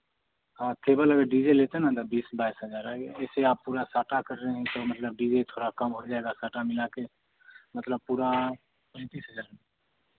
हाँ केबल अगर डी जे लेते ना तो बीस बाईस हज़ार आ गया ऐसे आप पूरा सटा कर रहे हैं तो मतलब डी जे थोड़ा कम हो जाएगा सटा मिला कर मतलब पूरा पैंतीस हज़ार